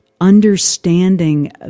understanding